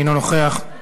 אינו נוכח.